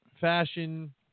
fashion